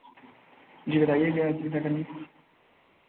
जी बताइए क्या करनी